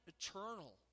eternal